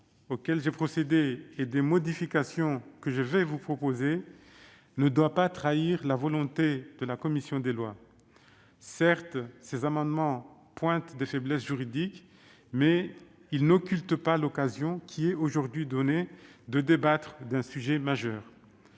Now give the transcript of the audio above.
suppressions et modifications que je vais vous proposer ne doit pas trahir la volonté de la commission des lois. Certes, ces amendements pointent des faiblesses juridiques, mais ils n'occultent pas l'occasion qui est aujourd'hui donnée de débattre d'un sujet majeur.